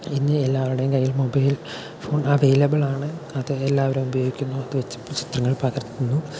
ഇന്ന് എല്ലാവരുടെയും കൈയിൽ മൊബൈൽ ഫോൺ അവൈലബിൾ ആണ് അത് എല്ലാവരും ഉപയോഗിക്കുന്നു ചിത്രങ്ങൾ പകർത്തുന്നു